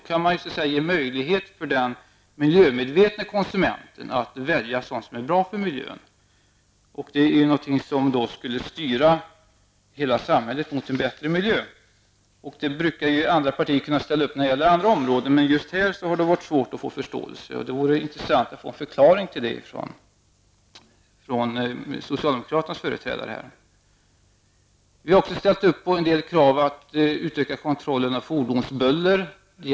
Man kan då ge den miljömedvetne konsumenten en möjlighet att välja sådant som är bra för miljön, och det skulle styra hela samhället mot en bättre miljö. När det gäller andra områden brukar de andra partierna kunna ställa upp, men just här har det varit svårt att få förståelse. Det vore intressant om jag här kunde få en förklaring till detta från socialdemokraternas företrädare. Miljöpartiet har också ställt sig bakom vissa krav om att utöka kontrollen av fordonsbuller.